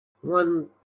One